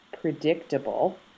predictable